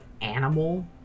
animal